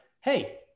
hey